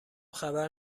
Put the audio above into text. خبر